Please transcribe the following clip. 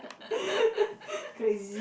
crazy